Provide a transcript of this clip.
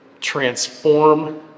transform